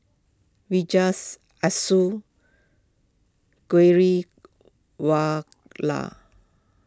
Vijesh Ashok Ghariwala